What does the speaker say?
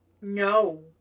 No